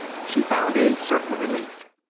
she found a certain relief.